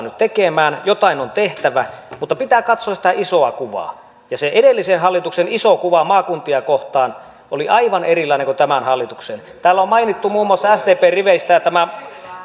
nyt tekemään jotain on tehtävä mutta pitää katsoa sitä isoa kuvaa ja se edellisen hallituksen iso kuva maakuntia kohtaan oli aivan erilainen kuin tämän hallituksen täällä on mainittu muun muassa sdpn riveistä tämä